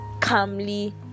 calmly